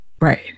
Right